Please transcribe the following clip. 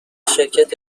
شرکت